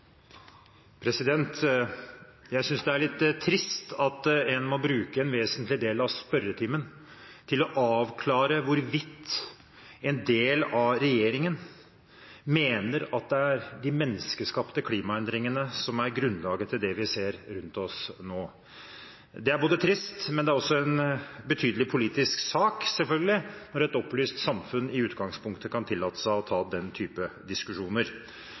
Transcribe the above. litt trist at en må bruke en vesentlig del av spørretimen på å avklare hvorvidt en del av regjeringen mener at det er de menneskeskapte klimaendringene som er grunnlaget for det vi ser rundt oss nå. Det er både trist og en betydelig politisk sak, selvfølgelig, når et opplyst samfunn i utgangspunktet kan tillate seg å ta den typen diskusjoner.